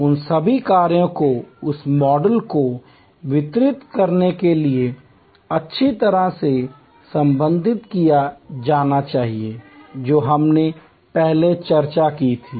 उन सभी कार्यों को उस मॉडल को वितरित करने के लिए अच्छी तरह से समन्वित किया जाना चाहिए जो हमने पहले चर्चा की थी